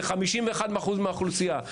זה 51% מהאוכלוסייה.